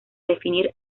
definir